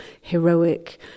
heroic